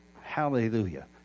Hallelujah